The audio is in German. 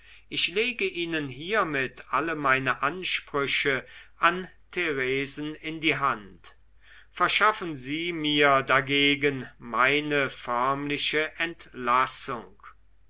ich lege ihnen hiermit alle meine ansprüche an theresen in die hand verschaffen sie mir dagegen meine förmliche entlassung